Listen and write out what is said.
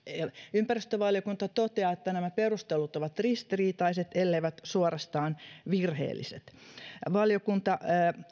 ympäristövaliokunta toteaa että nämä perustelut ovat ristiriitaiset elleivät suorastaan virheelliset valiokunta